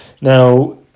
Now